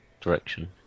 direction